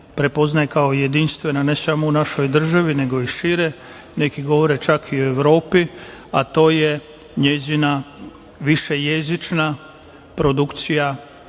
prepoznaje kao jedinstvena ne samo u našoj državi nego i šire, neki govore čak i u Evropi, a to je njena višejezična produkcija